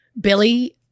Billy